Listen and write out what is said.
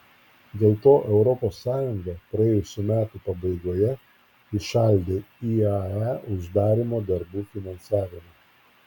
dėl to europos sąjunga praėjusių metų pabaigoje įšaldė iae uždarymo darbų finansavimą